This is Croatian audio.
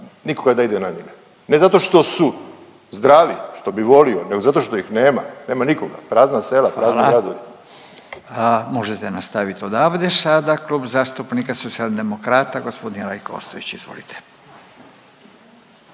nikoga da ide na njega, ne zato što su zdravi, što bi volio, nego zato što ih nema. Nema nikoga, prazna sela, prazni gradovi. **Radin, Furio (Nezavisni)** Hvala. Možete nastaviti odavde sada, Kluba zastupnika Socijaldemokrata, g. Rajko Ostojić, izvolite.